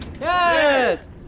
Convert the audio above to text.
Yes